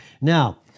now